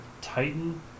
Titan